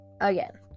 again